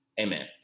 Amen